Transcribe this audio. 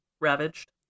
ravaged